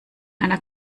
einer